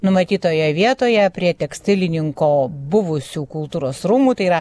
numatytoje vietoje prie tekstilininko buvusių kultūros rūmų tai yra